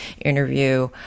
interview